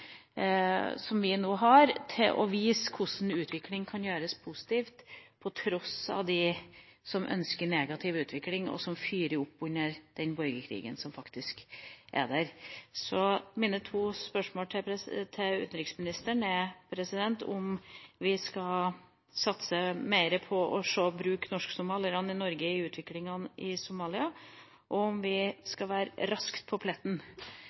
som vi nå har, til å vise hvordan utviklingen kan gjøres positiv på tross av dem som ønsker negativ utvikling, og som fyrer opp under den borgerkrigen som faktisk er der. Så mine to spørsmål til utenriksministeren er om vi skal satse mer på å bruke norsk-somalierne i Norge i utviklinga i Somalia og om vi skal være raskt på pletten